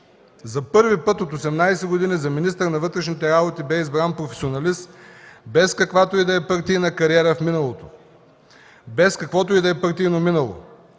За първи път от 18 години за министър на вътрешните работи бе избран професионалист, без каквато и да е партийна кариера в миналото, без каквото и да е партийно минало.